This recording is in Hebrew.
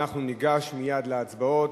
אנחנו ניגש מייד להצבעות.